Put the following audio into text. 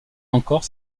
encore